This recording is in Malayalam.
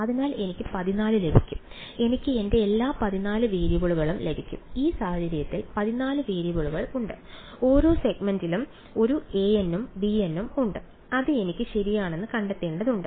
അതിനാൽ എനിക്ക് 14 ലഭിക്കും എനിക്ക് എന്റെ എല്ലാ 14 വേരിയബിളുകളും ലഭിക്കും ഈ സാഹചര്യത്തിൽ 14 വേരിയബിളുകൾ ഉണ്ട് ഓരോ സെഗ്മെന്റിലും ഒരു an ഉം bn ഉം ഉണ്ട് അത് എനിക്ക് ശരിയാണെന്ന് കണ്ടെത്തേണ്ടതുണ്ട്